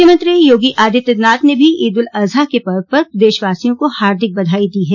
मुख्यमंत्री योगी आदित्यनाथ ने भी ईद उल अजहा के पर्व पर प्रदेशवासियों को हार्दिक बधाई दी है